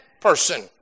person